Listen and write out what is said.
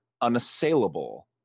unassailable